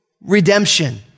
redemption